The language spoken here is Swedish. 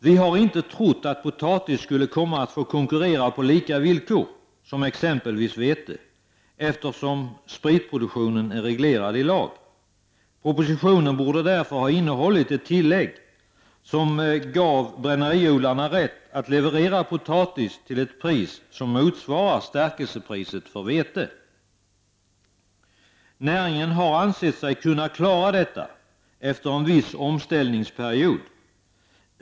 Vi har inte trott att potatis skulle komma att få konkurrera på lika villkor, som exempelvis vete, eftersom spritproduktionen är reglerad i lag. Propositionen borde därför ha innehållit ett tillägg, som skulle ge bränneriodlarna rätt att leverera potatis till ett pris som motsvarar stärkelsepriset för vete. Näringen har ansett sig kunna klara detta efter en viss omställningsperiod.